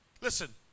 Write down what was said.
listen